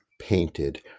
painted